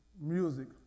music